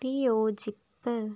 വിയോജിപ്പ്